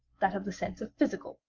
that of the sense of physical,